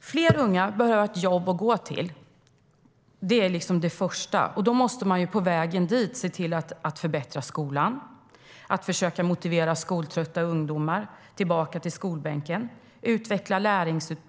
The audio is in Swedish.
Fler unga behöver först och främst ha ett jobb att gå till. Då måste man på vägen dit se till att förbättra skolan, att försöka motivera skoltrötta ungdomar tillbaka till skolbänken, utveckla